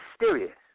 mysterious